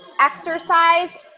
exercise